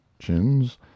chins